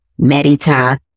Medita